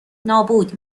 نابود